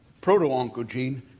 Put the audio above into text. proto-oncogene